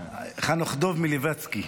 חנוך דב מילבצקי.